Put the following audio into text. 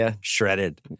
Shredded